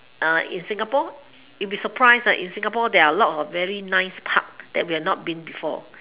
uh in singapore you'll be surprised that in singapore there are a lot of very nice parks that we've not been before